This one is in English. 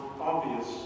obvious